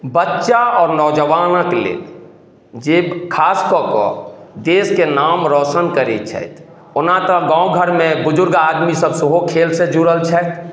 बच्चा आओर नौजवानक लेल जे खास कऽ कऽ देशके नाम रौशन करय छथि ओना तऽ गाँव घरमे बुजुर्ग आदमी सब सेहो खेलसँ जुड़ल छथि